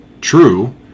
true